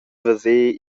veser